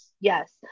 yes